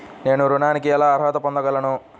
నేను ఋణానికి ఎలా అర్హత పొందగలను?